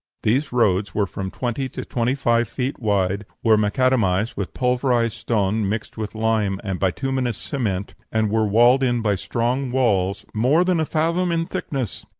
these roads were from twenty to twenty-five feet wide, were macadamized with pulverized stone mixed with lime and bituminous cement, and were walled in by strong walls more than a fathom in thickness.